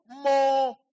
more